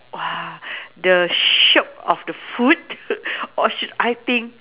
!wah! the shiok of the food or should I think